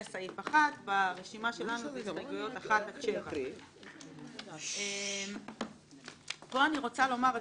סעיף 1. ברשימתנו מדובר בהסתייגויות 1 7. פה אני רוצה לומר,